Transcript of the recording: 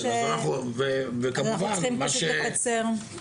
אנחנו צריכים פשוט לקצר.